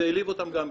זה העליב אותם גם כן.